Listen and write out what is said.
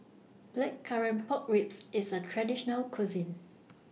Blackcurrant Pork Ribs IS A Traditional Cuisine